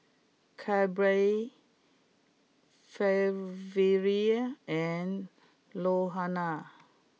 Kelby Flavia and Luana